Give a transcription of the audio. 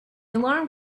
alarm